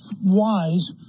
wise